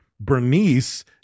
Bernice